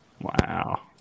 Wow